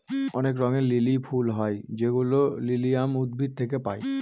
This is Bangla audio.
অনেক রঙের লিলি ফুল হয় যেগুলো লিলিয়াম উদ্ভিদ থেকে পায়